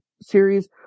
series